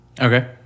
Okay